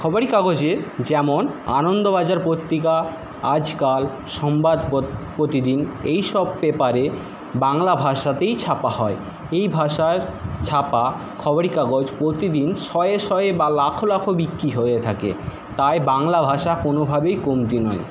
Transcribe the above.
খবরের কাগজে যেমন আনন্দবাজার পত্রিকা আজকাল সংবাদ প্রতিদিন এইসব পেপারে বাংলা ভাষাতেই ছাপা হয় এই ভাষায় ছাপা খবরের কাগজ প্রতিদিন শয়ে শয়ে বা লাখো লাখো বিক্রি হতে থাকে তাই বাংলাভাষা কোনোভাবেই কমতি নয়